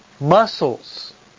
muscles